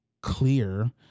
clear